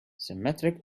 symmetric